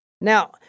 Now